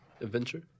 adventure